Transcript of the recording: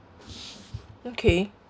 okay